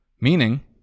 Meaning